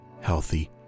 healthy